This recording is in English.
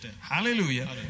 Hallelujah